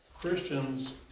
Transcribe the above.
Christians